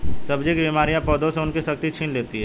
सब्जी की बीमारियां पौधों से उनकी शक्ति छीन लेती हैं